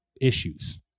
issues